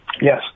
Yes